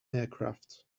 aircraft